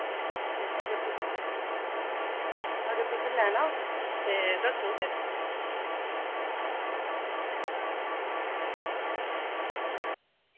ते अगर अगर तुसें लैना आं ते दस्सो फिर